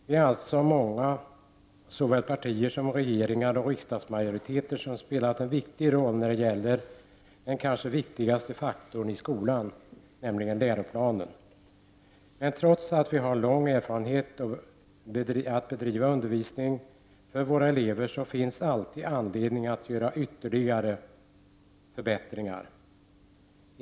Vi är alltså många såväl partier som regeringar och riksdagsmajoriteter som har spelat en viktig roll när det gäller den kanske viktigaste faktorn i skolan, nämligen läroplanen. Men trots att vi har lång erfarenhet av att bedriva undervisning för våra elever finns det alltid anledning att göra ytterligare förbättringar.